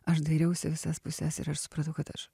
aš dairiausi į visas puses ir aš supratau kad aš